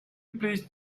please